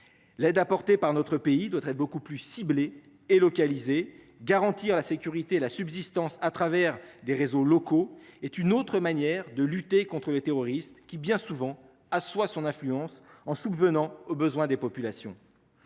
L'aide apportée par notre pays doit être beaucoup plus ciblées et. Garantir la sécurité la subsistance à travers des réseaux locaux est une autre manière de lutter contre les terroristes qui bien souvent assoit son influence en soupe venant aux besoins des populations.